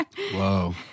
Whoa